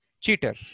Cheater